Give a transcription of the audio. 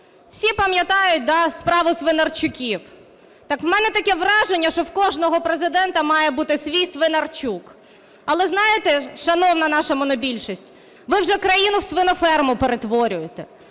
Всі пам'ятають, так, "Справу Свинарчуків"? Так у мене таке враження, що в кожного Президента має бути свій "свинарчук". Але, знаєте, шановна наша монобільшість, ви вже країну в свиноферму перетворюєте.